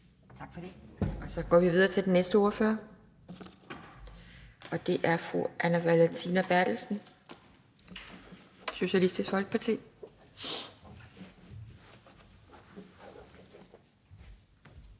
Tak for det. Så går vi videre til den næste ordfører, og det er fru Anne Valentina Berthelsen, Socialistisk Folkeparti.